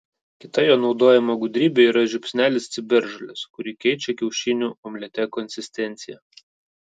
kita jo naudojama gudrybė yra žiupsnelis ciberžolės kuri keičia kiaušinių omlete konsistenciją